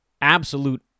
Absolute